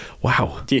Wow